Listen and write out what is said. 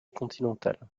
continentale